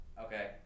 Okay